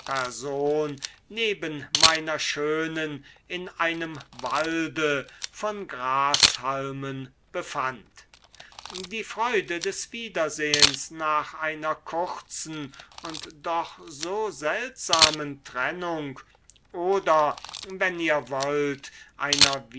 person neben meiner schönen in einem walde von grashalmen befand die freude des wiedersehens nach einer kurzen und doch so seltsamen trennung oder wenn ihr wollt einer